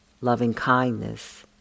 loving-kindness